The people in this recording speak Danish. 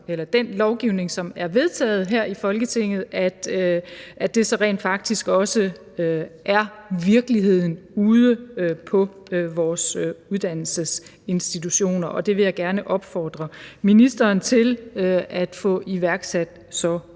at den lovgivning, som er vedtaget her i Folketinget, rent faktisk også er virkeligheden ude på vores uddannelsesinstitutioner, og jeg vil gerne opfordre ministeren til at få iværksat det